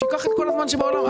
שייקח את כל הזמן שבעולם,